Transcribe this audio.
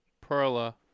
Perla